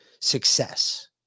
success